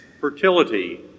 fertility